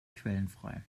quellenfrei